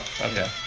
Okay